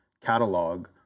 Catalog